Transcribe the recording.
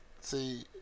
See